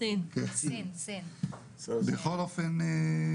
בכל אופן,